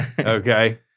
Okay